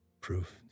proof